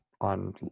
on